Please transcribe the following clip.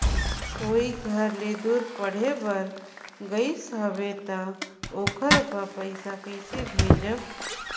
कोई घर ले दूर पढ़े बर गाईस हवे तो ओकर बर पइसा कइसे भेजब?